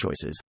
choices